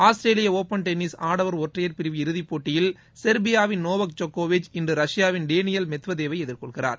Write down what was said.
ஆஸ்திரேலிய open tennis ஆடவர் ஒற்றையர் இறுதிப் போட்டியில் செர்பியாவின் நோவக் ஜோக்கோவிச் இன்று ரஷ்யாவின் டேனியல் மெத்வதேவை எதிர்கொள்கிறார்